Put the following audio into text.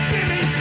Jimmy